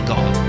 God